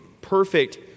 perfect